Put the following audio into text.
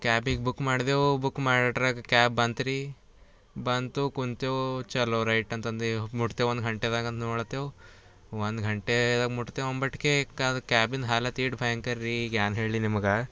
ಕ್ಯಾಬಿಗೆ book ಮಾಡಿದೆವು book ಮಾಡ್ರಕ್ಕ cab ಬಂತುರೀ ಬಂತು ಕೂತೆವು ಚಲೋ ರೈಟ್ ಅಂತಂದೇವು ಮುಟ್ತೆವು ಒಂದು ಘಂಟೆದಾಗ ಅಂತ ನೋಡ್ತೆವು ಒಂದು ಘಂಟೆಗೆ ಮುಟ್ತೇವು ಅಂಬಟ್ಟಕೆ ಕ್ಯಾಬಿನ್ ಹಾಲತ್ ಈಟು ಭಯಂಕರರೀ ಏನ್ ಹೇಳಿ ನಿಮ್ಗೆ